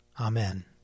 Amen